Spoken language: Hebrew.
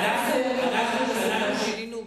תיהני מזה, תיהני...